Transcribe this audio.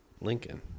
Lincoln